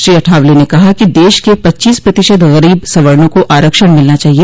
श्री अठावले ने कहा कि देश को पच्चीस प्रतिशत गरीब सवर्णो को आरक्षण मिलना चाहिए